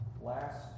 Last